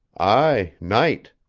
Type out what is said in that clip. aye, night.